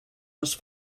les